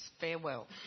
Farewell